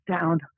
down